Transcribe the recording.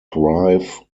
thrive